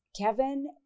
Kevin